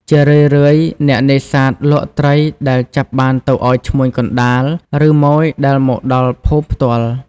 ជារឿយៗអ្នកនេសាទលក់ត្រីដែលចាប់បានទៅឱ្យ ឈ្មួញកណ្តាល ឬម៉ូយដែលមកដល់ភូមិផ្ទាល់។